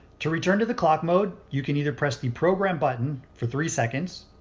to return to the clock mode you can either press the program button for three seconds,